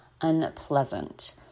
unpleasant